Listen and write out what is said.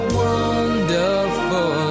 wonderful